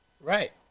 Right